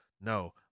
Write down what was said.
no